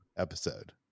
episode